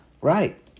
right